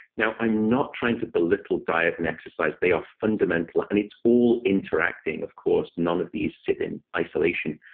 now i'm not trying to belittle diet and exercise. they are fundamental, and it's all interacting, of course. none of these sit in isolation.